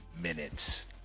minutes